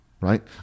Right